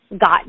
got